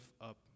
up